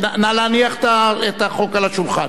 נא להניח את החוק על השולחן.